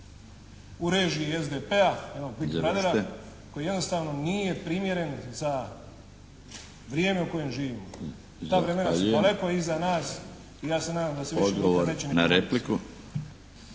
u režiji SDP-a evo Big brothera koji jednostavno nije primjeren za vrijeme u kojem živimo. Ta vremena su daleko iza nas i ja se nadam da se više nikad